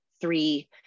three